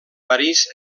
parís